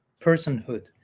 personhood